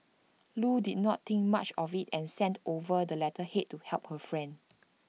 Loo did not think much of IT and sent over the letterhead to help her friend